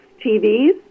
TVs